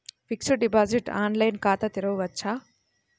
Fixed deposit online ఖాతా తెరువవచ్చా?